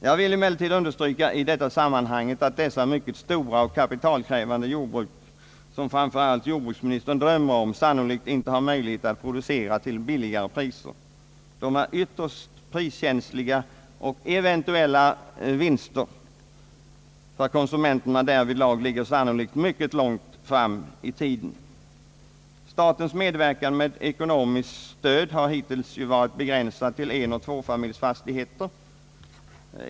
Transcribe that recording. Jag vill emellertid understryka i detta sammanhang att de mycket stora och kapitalkrävande jordbruk, som framför allt jordbruksministern drömmer om, sannolikt inte har möjlighet att producera till billigare priser. De är ytterst priskänsliga, och eventuella vinster för konsumenterna ligger sannolikt mycket långt fram i tiden. Statens medverkan med ekonomiskt stöd har hittills varit begränsad till enoch tvåfamiljsjordbruk.